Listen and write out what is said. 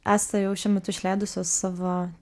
esate jau šiuo metu išleidusios savo